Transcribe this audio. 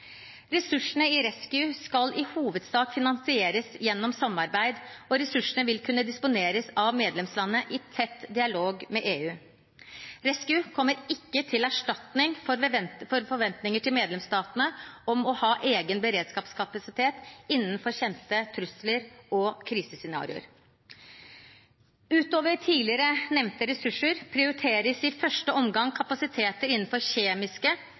Ressursene i rescEU skal i hovedsak finansieres gjennom samarbeid, og ressursene vil kunne disponeres av medlemslandet i tett dialog med EU. RescEU kommer ikke som erstatning for forventninger til medlemsstatene om å ha egen beredskapskapasitet innenfor kjente trusler og krisescenarioer. Utover tidligere nevnte ressurser prioriteres i første omgang kapasiteter innenfor kjemiske,